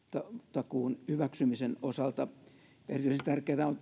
takuun hyväksymisen osalta erityisen tärkeätä on